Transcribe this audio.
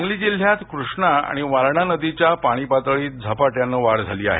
सांगली जिल्ह्यात कृष्णा आणि वारणा नदीच्या पाणी पातळीत झपाट्याने वाढ झाली आहे